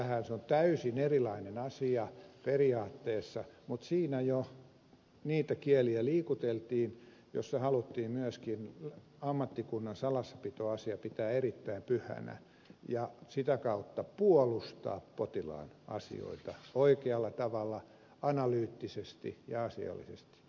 se on täysin erilainen asia periaatteessa mutta siinä jo niitä kieliä liikuteltiin joissa haluttiin myöskin ammattikunnan salassapitoasia pitää erittäin pyhänä ja sitä kautta puolustaa potilaan asioita oikealla tavalla analyyttisesti ja asiallisesti